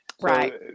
Right